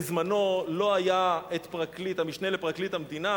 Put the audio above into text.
בזמנו לא היה המשנה לפרקליט המדינה